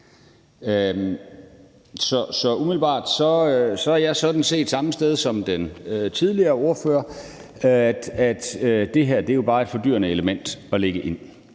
Så umiddelbart er jeg sådan set det samme sted som den tidligere ordfører, altså at det her jo bare er et fordyrende element, der lægges ind.